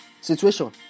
Situation